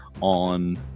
on